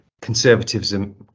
conservatism